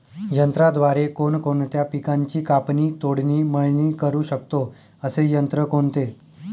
यंत्राद्वारे कोणकोणत्या पिकांची कापणी, तोडणी, मळणी करु शकतो, असे यंत्र कोणते?